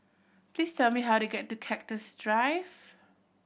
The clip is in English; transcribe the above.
please tell me how to get to Cactus Drive